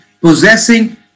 possessing